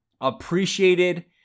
appreciated